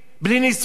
בלי נישואים?